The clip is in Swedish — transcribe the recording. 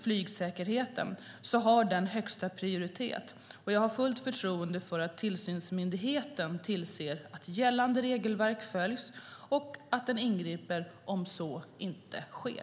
Flygsäkerheten har högsta prioritet, och jag har fullt förtroende för att tillsynsmyndigheten tillser att gällande regelverk följs och att den ingriper om så inte sker.